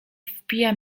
wpija